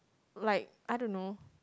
like I don't know